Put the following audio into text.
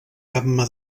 gamma